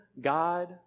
God